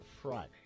Friday